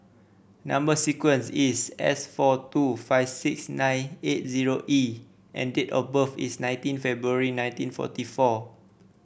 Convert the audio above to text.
number sequence is S four two five six nine eight zero E and date of birth is nineteen February nineteen forty four